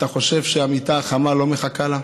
אתה חושב שהמיטה החמה לא מחכה לה?